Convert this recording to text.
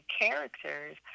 characters